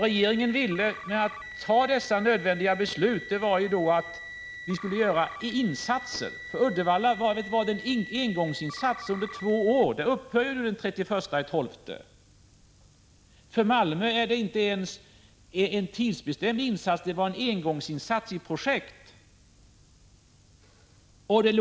Regeringens avsikt med dessa nödvändiga beslut var att göra insatser. För Uddevalla var det en engångsinsats under två år. Detta stöd upphör den 31 december. För Malmö var det inte ens fråga om en tidsbestämd insats. Det var en engångsinsats i ett projekt.